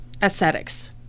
aesthetics